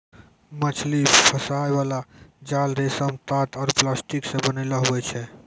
मछली फसाय बाला जाल रेशम, तात आरु प्लास्टिक से बनैलो हुवै छै